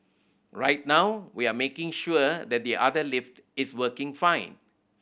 right now we are making sure that the other lift is working fine